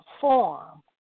form